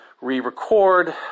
re-record